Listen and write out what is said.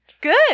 Good